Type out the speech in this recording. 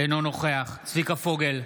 אינו נוכח צביקה פוגל,